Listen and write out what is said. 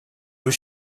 was